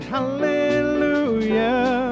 Hallelujah